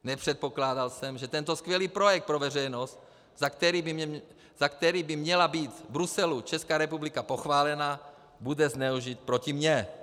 Nepředpokládal jsem, že tento skvělý projekt pro veřejnost, za který by měla být v Bruselu Česká republika pochválena, bude zneužit proti mně.